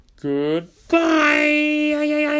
Goodbye